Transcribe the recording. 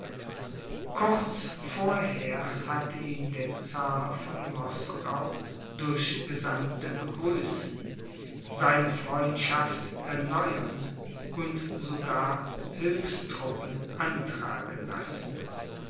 kurz vorher hatte ihn der czar von moskau durch gesandte begrüßen seine freundschaft erneuern und sogar hilfstruppen antragen lassen